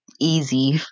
easy